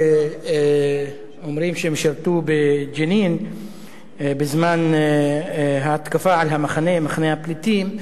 שאומרים שהם שירתו בג'נין בזמן ההתקפה על מחנה הפליטים,